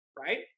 right